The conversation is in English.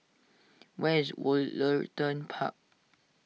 where is Woollerton Park